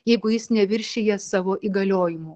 jeigu jis neviršija savo įgaliojimų